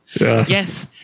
Yes